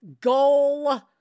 goal